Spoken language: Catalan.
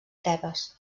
tebes